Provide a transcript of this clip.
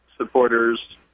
supporters